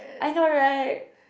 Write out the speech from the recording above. I know right